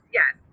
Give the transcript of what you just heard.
yes